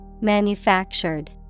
manufactured